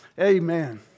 Amen